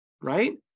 Right